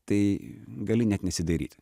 tai gali net nesidairyt